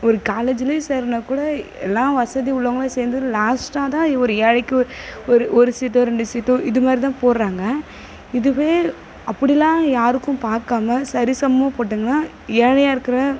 காலேஜ்லே சேருனாக்கூட எல்லாம் வசதி உள்ளவங்களும் சேர்ந்து லாஸ்டாகதான் ஒரு ஏழைக்கும் ஒரு ஒரு சீட்டோ ரெண்டு சீட்டோ இதுமாரிதான் போடுறாங்க இதுவே அப்படிலாம் யாருக்கும் பார்க்காம சரி சமமாக போட்டாங்கனா ஏழையாக இருக்கிற